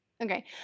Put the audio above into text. Okay